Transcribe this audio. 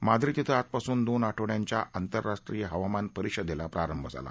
माद्रीद धिं आजपासून दोन आठवड्यांच्या आंतरराष्ट्रीय हवामान परिषदली प्रारंभ झाला